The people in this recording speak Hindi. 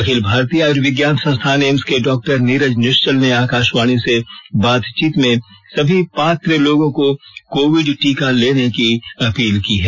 अखिल भारतीय आयुर्विज्ञान संस्थान एम्स के डॉक्टर नीरज निश्चल ने आकाशवाणी से बातचीत में सभी पात्र लोगों को कोविड टीका लेने की अपील की है